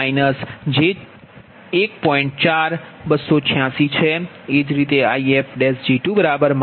એ જ રીતે Ifg2 j1